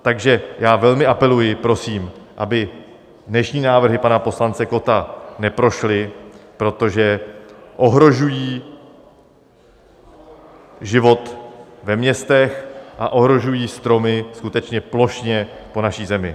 Takže já velmi apeluji, prosím, aby dnešní návrhy pana poslance Kotta neprošly, protože ohrožují život ve městech a ohrožují stromy skutečně plošně po naší zemi.